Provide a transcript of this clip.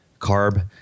carb